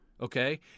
okay